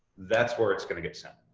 that's where it's going to get sent.